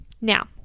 Now